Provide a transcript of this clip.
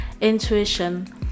intuition